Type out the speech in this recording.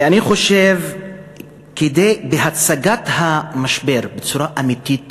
ואני חושב, בהצגת המשבר בצורה אמיתית